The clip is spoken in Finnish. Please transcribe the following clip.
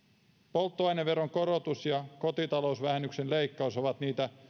polttoaineveron korotus ja kotitalousvähennyksen leikkaus ovat niitä